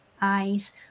eyes